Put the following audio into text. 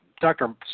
Doctor